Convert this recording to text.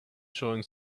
showing